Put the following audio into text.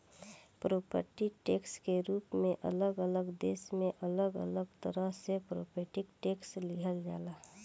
property tax के रूप में अलग अलग देश में अलग अलग तरह से प्रॉपर्टी टैक्स लिहल जाला